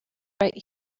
right